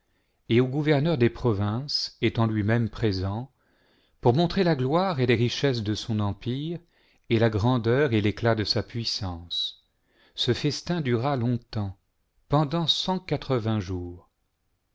et aux guiiverneurs des provinces étant lui-même présent pour montrer la gloire et les richesses de son empire et la grandeur et l'éclat de sa puissance ce festin dura longtemps pendant cent quatre-vingt jours